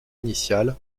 initial